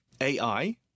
AI